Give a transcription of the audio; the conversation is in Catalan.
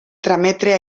trametre